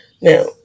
Now